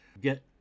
get